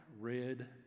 red